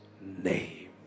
name